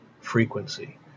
frequency